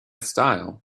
style